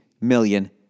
million